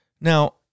Now